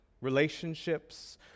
relationships